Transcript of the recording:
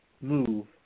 move